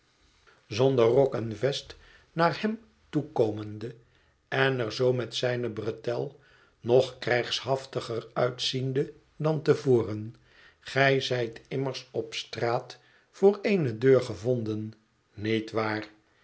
zonder rok en vest naar hem toekomende en er zoo met zijne bretel nog krijgshaftiger uitziende dan te voren gij zijt immers op straat voor eene deur gevonden nietwaar